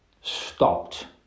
stopped